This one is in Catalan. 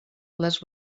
les